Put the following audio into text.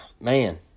Man